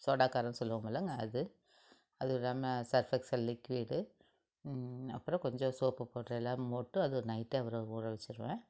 soda காரம் சொல்லுவோம் இல்லைங்க அது அதுவும் இல்லாமல் சர்ஃப் எக்ஸெல் லிக்யூடு அப்புறோம் கொஞ்சம் சோப்பு பௌட்ரு எல்லாம் போட்டு அது நைட்டே ஊற ஊற வச்சிருவேன்